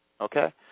Okay